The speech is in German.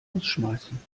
rausschmeißen